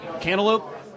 Cantaloupe